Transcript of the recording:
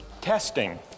testing